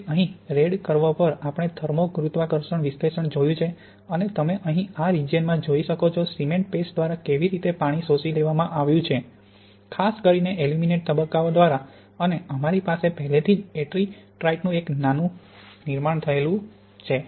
તેથી અહીં red curve પર આપણે થર્મો ગુરુત્વાકર્ષણ વિશ્લેષણ જોયું છે અને તમે અહીં આ રિજિયનમાં જોઈ શકો છો સિમેન્ટ પેસ્ટ દ્વારા કેવી રીતે પાણી શોષી લેવામાં આવ્યું છે ખાસ કરીને એલ્યુમિનેટ તબક્કાઓ દ્વારા અને અમારી પાસે પહેલેથી જ એટ્રિટાઇટનું એક નાનું નિર્માણ થયેલું છે